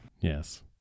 Yes